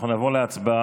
אנחנו נעבור להצבעה.